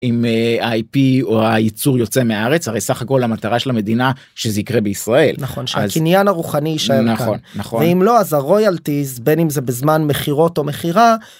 אם איי פי או הייצור יוצא מארץ הרי סך הכל המטרה של המדינה שזה יקרה בישראל נכון שהקניין הרוחני ישאר פה. נכון נכון. ואם לא אז הרויאלטיז בין אם זה בזמן מכירות או מכירה.